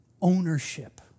ownership